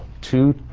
two